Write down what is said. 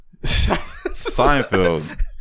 Seinfeld